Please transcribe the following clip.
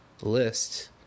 list